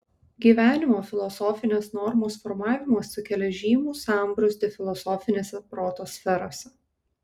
gyvenimo filosofinės normos formavimas sukelia žymų sambrūzdį filosofinėse proto sferose